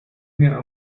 mir